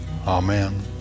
amen